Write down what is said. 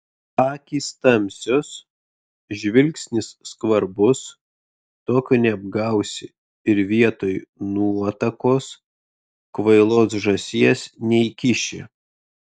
akys tamsios žvilgsnis skvarbus tokio neapgausi ir vietoj nuotakos kvailos žąsies neįkiši